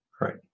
right